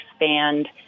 expand